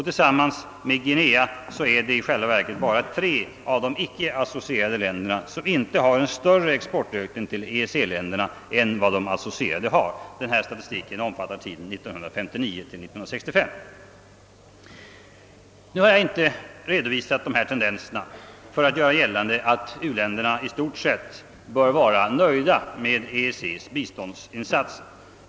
Tillsammans med Guinea är det i själva verket bara tre av de icke-associerade länderna som inte har en större exportökning till EEC-länderna än vad de associerade har. Statistiken omfattar tiden 1959—1965. Jag har inte redovisat dessa tendenser för att vilja göra gällande att uländerna i stort sett kan vara nöjda med EEC:s biståndsinsatser.